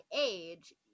age